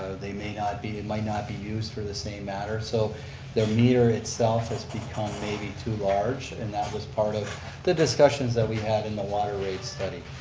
they may not be, it might not be used for the same matter. so the meter itself has become maybe too large and that was part of the discussions that we had in the water rate study.